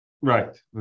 Right